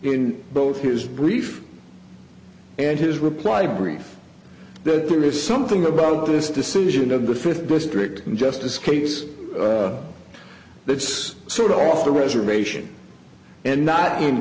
in both his brief and his reply brief that there is something about this decision of the fifth district justice case that's sort of off the reservation and not in